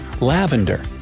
lavender